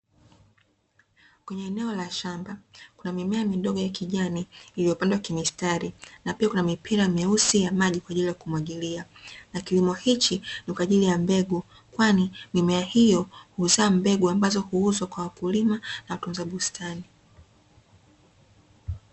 Kwenye eneo la shamba kuna mimea midogo ya kijani iliyopandwa kimistari na pia kuna mipira meusi ya maji kwa ajili ya kumwagilia na kilimo hichi ni kwa ajili ya mbegu kwani, mimea hiyo huzaa mbegu ambazo huuzwa kwa wakulima na kutunza bustani.